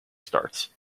starts